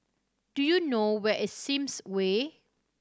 do you know where is Sims Way